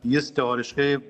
jis teoriškai